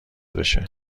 بشه